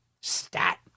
stat